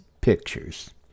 pictures